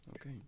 Okay